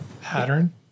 pattern